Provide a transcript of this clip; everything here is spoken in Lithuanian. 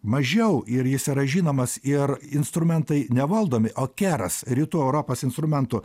mažiau ir jis yra žinomas ir instrumentai nevaldomi o keras rytų europos instrumentų